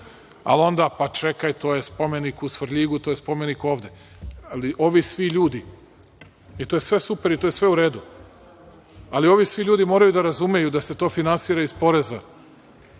Ali onda, pa to čekaj, to je spomenik u Svrljigu, to je spomenik ovde, ali ovi svi ljudi, i to je sve super i to je sve u redu, ali ovi svi ljudi moraju da razumeju da se to finansira iz poreza,